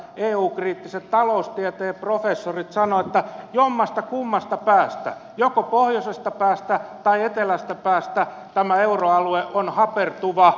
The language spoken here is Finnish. eu kriittiset taloustieteen professorit sanovat että jommastakummasta päästä joko pohjoisesta päästä tai eteläisestä päästä tämä euroalue on hapertuva